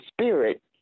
spirit